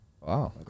Wow